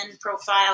profile